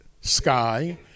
sky